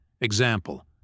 Example